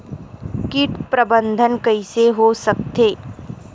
कीट प्रबंधन कइसे हो सकथे?